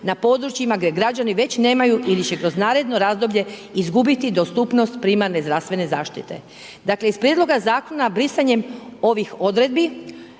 na područjima gdje građani već nemaju ili će kroz naredno razdoblje izgubiti dostupnost primarne zdravstvene zaštite. Dakle, iz Prijedloga zakona brisanjem ovih odredbi